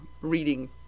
reading